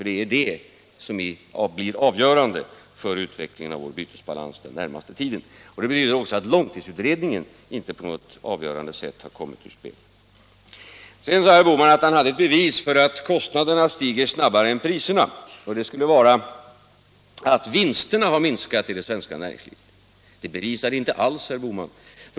Det blir nämligen avgörande för utvecklingen av vår bytesbalans under den närmaste tiden. Det betyder också att långtidsutredningen inte på något avgörande sätt har kommit ur spel. Sedan sade herr Bohman att han hade bevis för att kostnaderna stiger snabbare än priserna. Beviset skulle vara att vinsterna har minskat i det svenska näringslivet. Men det bevisar ingenting alls, herr Bohman.